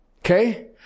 Okay